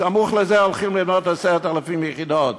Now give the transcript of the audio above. סמוך לזה הולכים לבנות 10,000 יחידות.